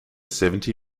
seventy